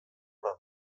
lurra